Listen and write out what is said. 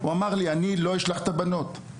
הוא אמר לי באופן אישי שהוא לא ישלח את הבנות ללימודים.